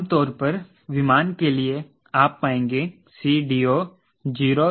आमतौर पर विमान के लिए आप पाएंगे 𝐶DO 0021 है बेहतर विमान के लिए 0018 0017 होगा